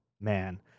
man